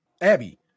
Abby